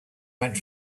went